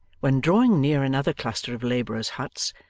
when drawing near another cluster of labourers' huts,